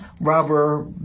rubber